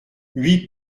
huit